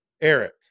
Eric